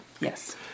yes